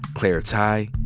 claire tighe,